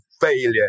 failure